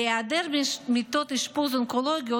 בהיעדר מיטות אשפוז אונקולוגיות,